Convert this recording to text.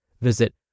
Visit